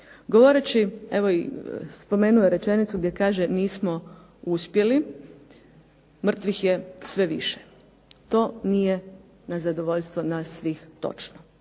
Govoreći, evo i spomenuo je rečenicu gdje kaže nismo uspjeli, mrtvih je sve više. To nije na zadovoljstvo nas svih točno.